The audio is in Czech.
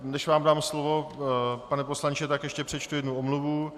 Než vám dám slovo, pane poslanče , tak ještě přečtu jednu omluvu.